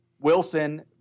Wilson